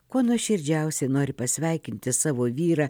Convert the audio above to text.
kuo nuoširdžiausiai nori pasveikinti savo vyrą